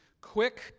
quick